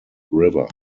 river